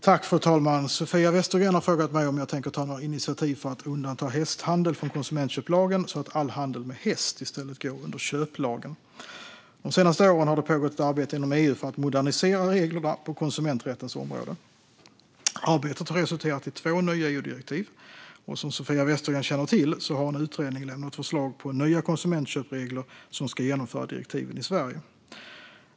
har frågat mig om jag tänker ta några initiativ för att undanta hästhandel från konsumentköplagen så att all handel med häst i stället går under köplagen. De senaste åren har det pågått ett arbete inom EU för att modernisera reglerna på konsumenträttens område. Arbetet har resulterat i två nya EU-direktiv. Som Sofia Westergren känner till har en utredning lämnat förslag på nya konsumentköpregler som ska genomföra direktiven i Sverige.